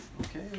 Okay